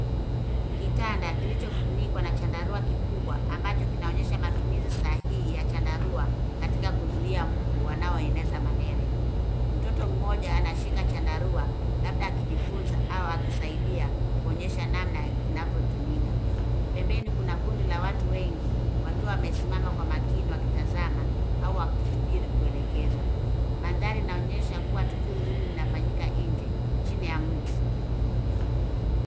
Kitanda kilichofunikwa na chandarua kikubwa ambacho kinaonyesha matumizi sahihi ya chandarua katika kuzuia mbu wanaoeneza malaria. Mtoto mmoja anashika chandarua labda akijifunza au akisaidia kuonyesha namna inavyotumika. Pembeni kuna kundi la watu wengi wakiwa wamesimama kwa makini wakitazama au wakisubiri kuelekezwa. Mandhari inaonyesha kuwa tukio hili linafanyika nje chini ya mti.